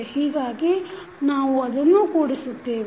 ಹೀಗಾಗಿ ನಾವು ಅದನ್ನೂ ಕೂಡಿಸುತ್ತೇವೆ